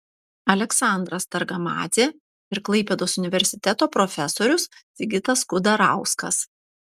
aleksandras targamadzė ir klaipėdos universiteto profesorius sigitas kudarauskas